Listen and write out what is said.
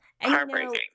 heartbreaking